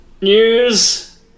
News